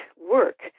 work